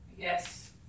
Yes